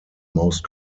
most